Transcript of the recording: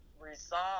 resolve